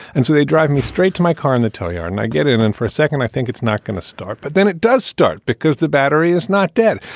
and so they drive me straight to my car and they tell ya and i get in. and for a second, i think it's not going to start, but it does start because the battery is not dead.